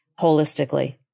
holistically